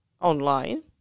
online